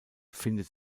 findet